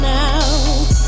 now